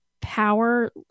power